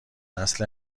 نسل